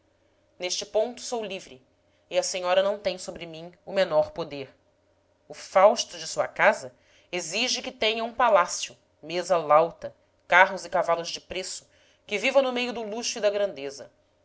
neste ponto sou livre e a senhora não tem sobre mim o menor poder o fausto de sua casa exige que tenha um palácio mesa lauta carros e cavalos de preço que viva no meio do luxo e da grandeza